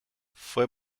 fue